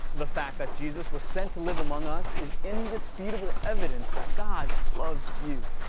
the fact that jesus was sent to live among us, is indisputable evidence that god loves you.